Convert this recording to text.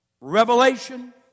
Revelation